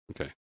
Okay